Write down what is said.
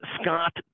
Scott